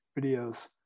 videos